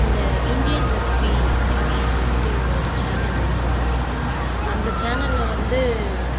இந்த Indian recipe அப்படின்னு சொல்லிட்டு ஒரு சேனல் இருக்கும் அந்த சேனலில் வந்து